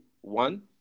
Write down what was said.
one